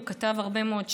הוא כתב הרבה מאוד שירים.